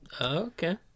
Okay